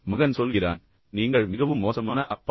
மகன் சொல்கிறான் நீங்கள் மிகவும் மோசமான அப்பா